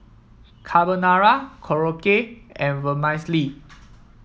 Carbonara Korokke and Vermicelli